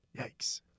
Yikes